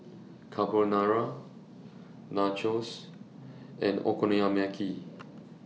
Carbonara Nachos and Okonomiyaki